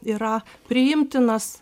yra priimtinas